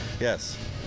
Yes